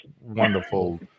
wonderful